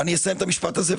אסיים את המשפט הזה.